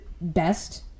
best